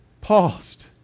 paused